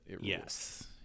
Yes